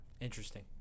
Interesting